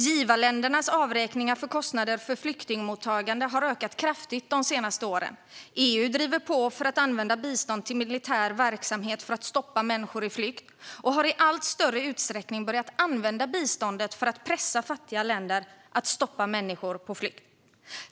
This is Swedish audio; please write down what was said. Givarländernas avräkningar för kostnader för flyktingmottagande har ökat kraftigt de senaste åren. EU driver på för att använda bistånd till militär verksamhet för att stoppa människor på flykt och har i allt större utsträckning börjat använda biståndet för att pressa fattiga länder att stoppa människor på flykt.